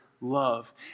love